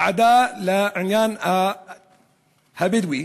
ועדה לעניין הבדואי,